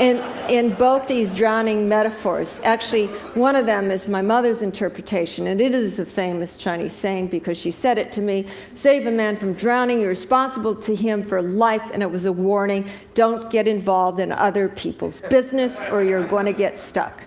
and in both these drowning metaphors actually, one of them is my mother's interpretation, and it is a famous chinese saying, saying, because she said it to me save a man from drowning, you are responsible to him for life. and it was a warning don't get involved in other people's business, or you're going to get stuck.